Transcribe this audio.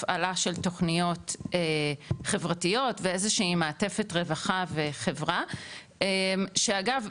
הפעלה של תוכניות חברתיות ואיזושהי מעטפת רווחה וחברה שאגב,